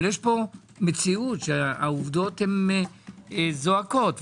אך יש פה מציאות שהעובדות זועקות.